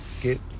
Get